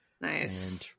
nice